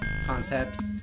concept